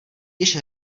již